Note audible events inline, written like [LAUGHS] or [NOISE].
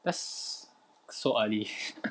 that's so early [LAUGHS]